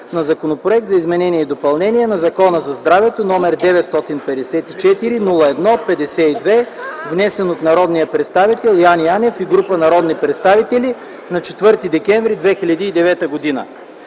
Законопроекта за изменение и допълнение на Закона за здравето № 954-01-52, внесен от народния представител Яне Янев и група народни представители на 4 декември 2009 г.”